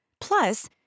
Plus